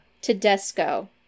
Tedesco